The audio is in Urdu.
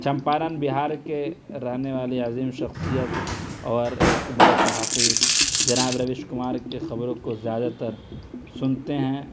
چمپارن بہار کے رہنے والی عظیم شخصیت اور ایک بڑے صحافی جناب روش کمار کے خبروں کو زیادہ تر سنتے ہیں